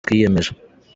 twiyemeje